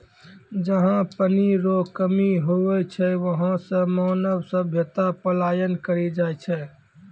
जहा पनी रो कमी हुवै छै वहां से मानव सभ्यता पलायन करी जाय छै